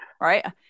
Right